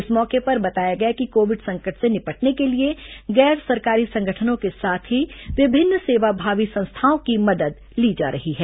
इस मौके पर बताया गया कि कोविड संकट से निपटने के लिए गैर सरकारी संगठनों के साथ ही विभिन्न सेवाभावी संस्थाओं की मदद ली जा रही है